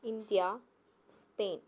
India Spain